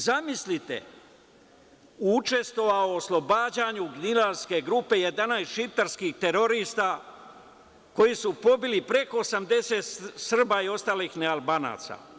Zamislite, učestvovao u oslobađanju „gnjilanske grupe“, 11 šiptarskih terorista, koji su pobili preko 80 Srba i ostalih nealbanaca.